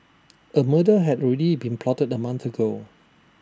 A murder had already been plotted A month ago